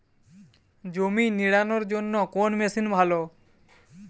জমি নিড়ানোর জন্য কোন মেশিন ভালো?